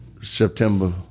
September